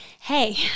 hey